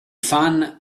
fan